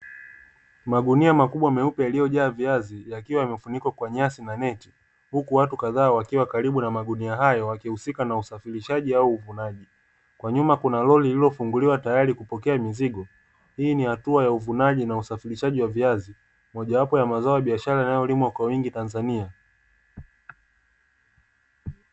Magunia makubwa meupe yaliyojaa viazi ,yakiwa yamefunikwa kwa nyasi na neti, huku watu kadhaa wakiwa karibu na magunia hayo wakihusika na usafirishaji au uvunaji. Kwa nyuma kuna lori lililofunguliwa tayari kupokea mizigo. Hii ni hatua ya uvunaji na usafirishaji wa viazi, mojawapo ya mazao yanayolimwa kwa wingi Tanzania.